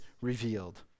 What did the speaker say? revealed